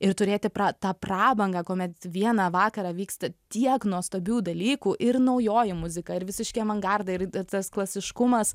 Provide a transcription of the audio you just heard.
ir turėti pra tą prabangą kuomet vieną vakarą vyksta tiek nuostabių dalykų ir naujoji muzika ir visiški avangardai ir tas klasiškumas